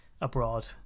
abroad